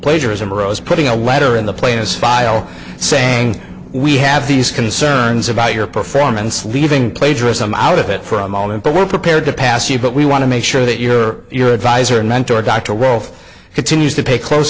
plagiarism arose putting a letter in the plaintiff file saying we have these concerns about your performance leaving plagiarism out of it for a moment but we're prepared to pass you but we want to make sure that your your advisor and mentor dr rolf continues to pay close